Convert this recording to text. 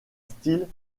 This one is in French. style